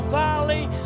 valley